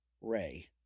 Ray